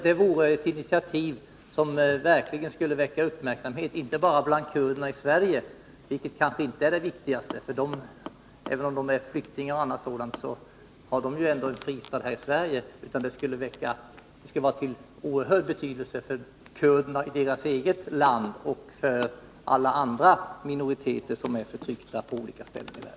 Det vore ett initiativ som verkligen inte bara skulle väcka uppmärksamhet bland kurderna i Sverige — vilket kanske inte är det viktigaste, för även om de är flyktingar eller är här av andra skäl, så har de ju ändå en fristad här i Sverige — utan det skulle vara av oerhörd betydelse för kurderna i deras eget land och för alla andra minoriteter på olika håll i världen som är förtryckta.